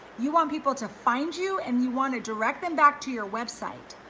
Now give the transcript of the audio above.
you want people to find you and you wanna direct them back to your website.